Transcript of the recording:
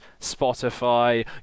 spotify